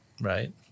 right